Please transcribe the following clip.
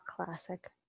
classic